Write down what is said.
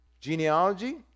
genealogy